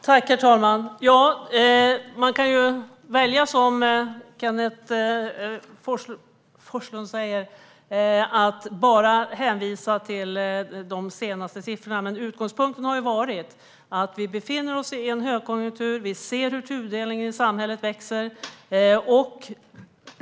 Herr talman! Man kan ju välja att som Kenneth G Forslund bara hänvisa till de senaste siffrorna. Utgångspunkten har dock varit att vi befinner oss i en högkonjunktur, och vi ser hur tudelningen i samhället växer.